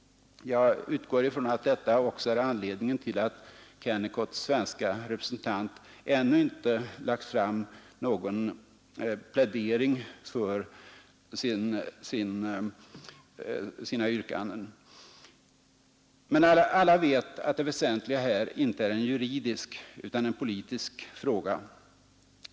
Jag utgår ifrån att detta också är anledningen till att Kennecotts svenska representant ännu inte lagt fram någon plädering för sina yrkanden. Men alla vet att det väsentliga här inte är en juridisk utan en politisk fråga.